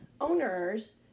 owners